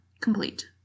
Complete